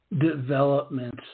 development